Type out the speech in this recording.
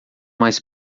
mais